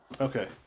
Okay